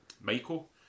Michael